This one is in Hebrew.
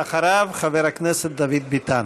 ואחריו, חבר הכנסת דוד ביטן.